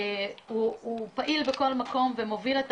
הוא פעיל בכל מקום, ומוביל.